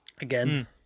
Again